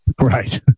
right